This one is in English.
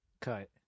cut